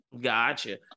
Gotcha